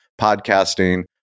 podcasting